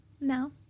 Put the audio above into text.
No